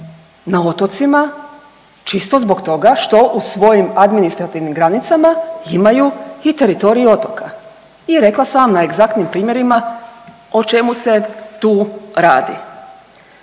na otocima čisto zbog toga što u svojim administrativnim granicama imaju i teritorij otoka i rekla sam vam na egzaktnim primjerima o čemu se tu radi.